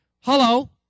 Hello